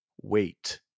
wait